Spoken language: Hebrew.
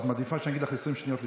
את מעדיפה שאני אגיד לך 20 שניות לפני,